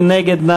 מי נגדה?